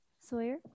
Sawyer